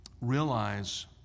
realize